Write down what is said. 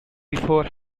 before